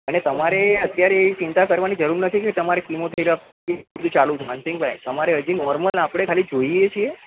અને તમારે અત્યારે એવી ચિંતા કરવાની જરૂર નથી કે તમાર કીમો થેરાપી ચાલું થવાની છે માનસિંગભાઈ તમારે હજી નોર્મલ આપણે ખાલી જોઈએ છીએ